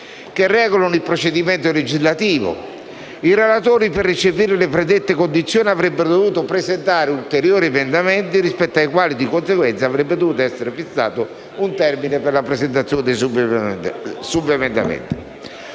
che regolano il procedimento legislativo, i relatori, per recepire le predette condizioni, avrebbero dovuto presentare ulteriori emendamenti rispetto ai quali di conseguenza avrebbe dovuto essere fissato un termine per la presentazione di subemendamenti;